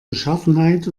beschaffenheit